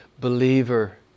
believer